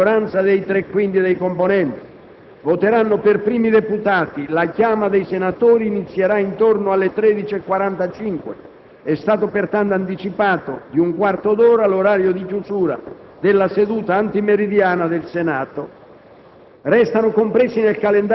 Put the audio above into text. (settimo scrutinio a maggioranza dei tre quinti dei componenti). Voteranno per primi i deputati. La chiama dei senatori inizierà intorno le ore 13,45. È stato pertanto anticipato di un quarto d'ora l'orario di chiusura della seduta antimeridiana del Senato.